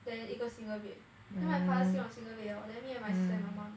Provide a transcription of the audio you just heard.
then 一个 single bed then my father sleep on single bed lor then me and my sister and my mum